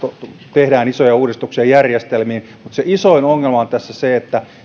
tehdään isoja uudistuksia järjestelmiin mutta isoin ongelma on tässä se että